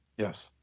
Yes